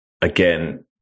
again